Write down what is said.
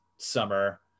summer